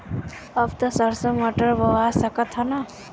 अब त सरसो मटर बोआय सकत ह न?